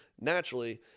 naturally